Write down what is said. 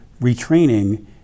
retraining